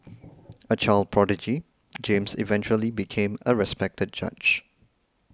a child prodigy James eventually became a respected judge